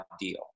deal